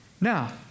Now